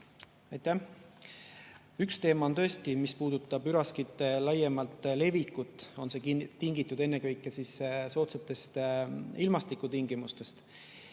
Üks teema on tõesti see, mis puudutab üraskite laiemat levikut. See on tingitud ennekõike soodsatest ilmastikutingimustest